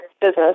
business